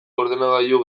ordenagailu